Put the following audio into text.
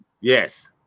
Yes